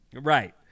Right